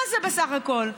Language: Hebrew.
מה זה בסך הכול?